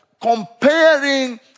Comparing